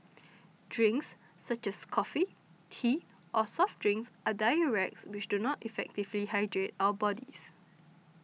drinks such as coffee tea or soft drinks are diuretics which do not effectively hydrate our bodies